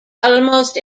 almost